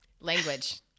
Language